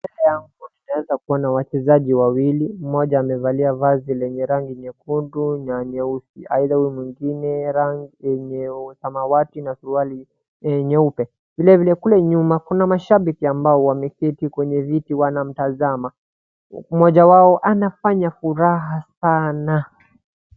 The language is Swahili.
Tunaweza kuona wachezaji wawili, mmoja amevalia vazi lenye rangi nyekundu na nyeusi aidha huyu mwingine rangi yenye samawati na suruali nyeupe. Vilevile kule nyuma kuna mashabiki ambao wameketi kwenye viti wanamtazama, mmoja wao anafanya furaha sana.